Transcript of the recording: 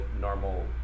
normal